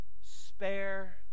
spare